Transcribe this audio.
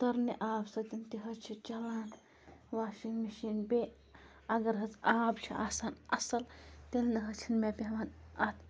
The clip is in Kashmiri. تٔرنہِ آبہٕ سۭتۍ تہِ حظ چھِ چلان واشنٛگ مِشیٖن بیٚیہِ اگر حظ آب چھِ آسان اَصٕل تیٚلہِ نہٕ حظ چھِنہٕ مےٚ پٮ۪وان اَتھ